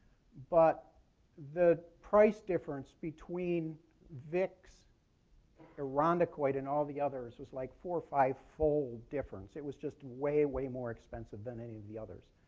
but the price difference between vick's ah irondequoit and all the others was like four or five-fold difference. it was just way, way more expensive than any of the others.